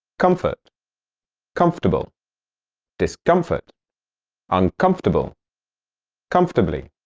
comfort comfortable discomfort uncomfortable comfortably